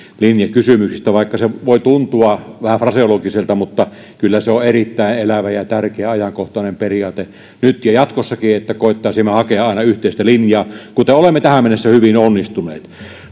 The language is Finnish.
linjakysymyksissä vaikka se voi tuntua vähän fraseologiselta kyllä se on erittäin elävä ja tärkeä ajankohtainen periaate nyt ja jatkossakin että koettaisimme hakea aina yhteistä linjaa kuten olemme tähän mennessä hyvin onnistuneet